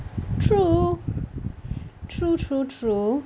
true true true true